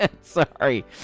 sorry